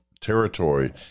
territory